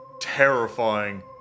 terrifying